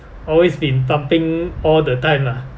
always been pumping all the time lah